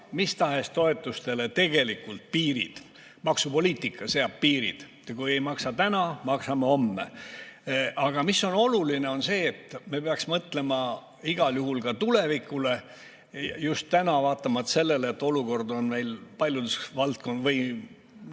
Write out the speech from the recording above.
mis tahes toetustele tegelikult piirid. Maksupoliitika seab piirid. Kui ei maksa täna, maksame homme. Aga oluline on see, et me peaksime mõtlema igal juhul ka tulevikule, ja just täna, kui olukord on meil paljudes valdkondades,